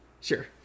Sure